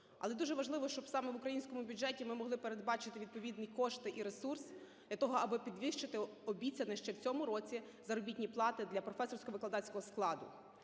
Але дуже важливо, щоб саме в українському бюджеті ми змогли передбачити відповідні кошти і ресурс для того, аби підвищити обіцяні ще в цьому році заробітні плати для професорсько-викладацького складу.